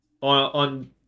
on